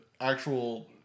actual